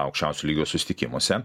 aukščiausio lygio susitikimuose